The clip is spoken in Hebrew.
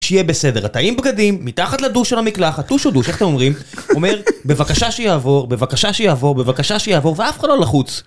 שיהיה בסדר, אתה עם בגדים, מתחת לדו של המקלח, הטוש הוא דוש, איך אתם אומרים? אומר, בבקשה שיעבור, בבקשה שיעבור, בבקשה שיעבור, ואף אחד לא לחוץ.